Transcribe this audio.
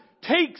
takes